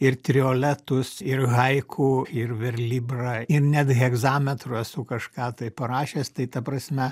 ir trioletus ir haiku ir verlibra ir net hegzametru esu kažką tai parašęs tai ta prasme